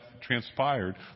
transpired